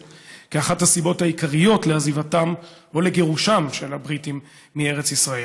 כאחת הסיבות העיקריות לעזיבתם או לגירושם של הבריטים מארץ ישראל.